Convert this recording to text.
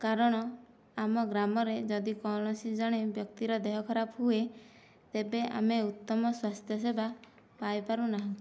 କାରଣ ଆମ ଗ୍ରାମରେ ଯଦି କୌଣସି ଜଣେ ବ୍ୟକ୍ତିର ଦେହ ଖରାପ ହୁଏ ତେବେ ଆମେ ଉତ୍ତମ ସ୍ବାସ୍ଥ୍ୟ ସେବା ପାଇ ପାରୁନାହୁଁ